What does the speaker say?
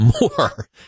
more